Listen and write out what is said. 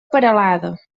peralada